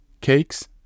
Cakes